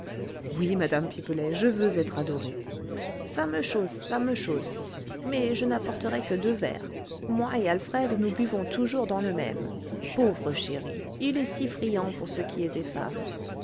oui madame pipelet je veux être adoré ça me chausse ça me chausse mais je n'apporterai que deux verres moi et alfred nous buvons toujours dans le même pauvre chéri il est si friand pour ce qui est des femmes